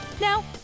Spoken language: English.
Now